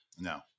No